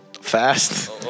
Fast